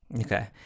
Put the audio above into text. Okay